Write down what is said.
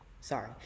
Sorry